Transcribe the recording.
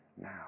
now